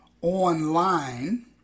online